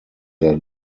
their